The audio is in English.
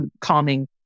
calming